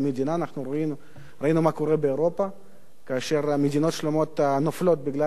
ראינו מה קורה באירופה כאשר מדינות שלמות נופלות בגלל המצב